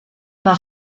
par